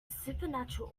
supernatural